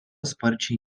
sparčiai